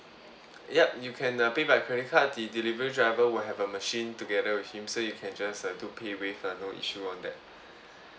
yup you can uh pay by credit card the delivery driver will have a machine together with him so you can just uh do paywave uh no issue on that